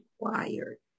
required